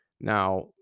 Now